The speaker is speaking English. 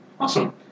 Awesome